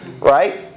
right